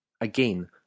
Again